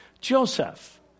Joseph